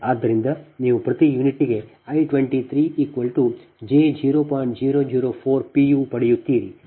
ಆದ್ದರಿಂದ ನೀವು ಪ್ರತಿ ಯೂನಿಟ್ಗೆ I 23 j0